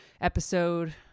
episode